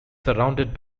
surrounded